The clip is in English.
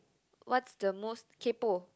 what's the most kaypoh